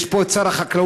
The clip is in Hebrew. יש פה את שר החקלאות,